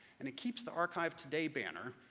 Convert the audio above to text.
and it keeps the archive today banner,